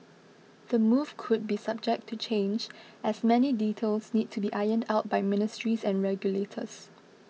the move could be subject to change as many details need to be ironed out by ministries and regulators